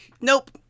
nope